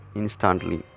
instantly